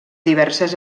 diverses